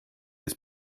des